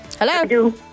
Hello